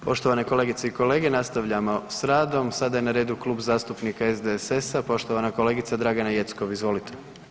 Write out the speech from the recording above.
Poštovane kolegice i kolege, nastavljamo s radom, sada je na redu Klub zastupnika SDSS-a, poštovana kolegica Dragana Jeckov, izvolite.